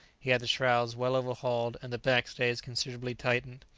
he had the shrouds well overhauled and the backstays considerably tightened.